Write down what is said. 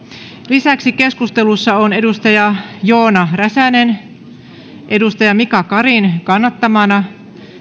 lisäksi keskustelussa joona räsänen on mika karin kannattamana